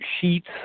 sheets